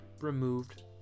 removed